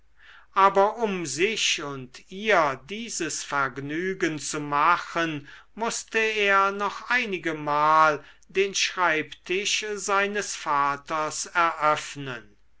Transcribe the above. aber um sich und ihr dieses vergnügen zu machen mußte er noch einigemal den schreibtisch seines vaters eröffnen